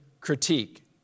critique